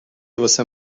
واسه